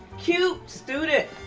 cute student,